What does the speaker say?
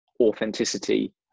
authenticity